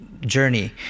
journey